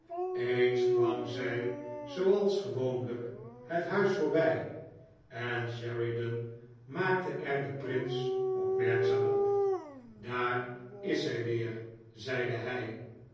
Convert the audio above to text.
eens kwam zij zooals gewoonlijk het huis voorbij en sheridan maakte er den prins opmerkzaam op daar is zij weer zeide luj